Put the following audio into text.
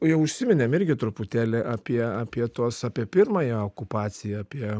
jau užsiminėm irgi truputėlį apie apie tuos apie pirmąją okupaciją apie